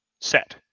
set